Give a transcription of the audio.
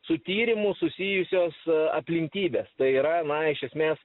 su tyrimu susijusios aplinkybės tai yra na iš esmės